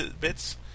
bits